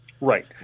Right